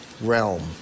realm